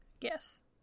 yes